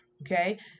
Okay